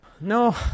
No